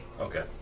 Okay